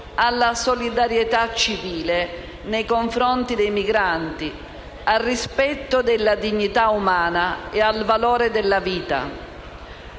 alla solidarietà civile nei confronti dei migranti, al rispetto della dignità umana e al valore della vita.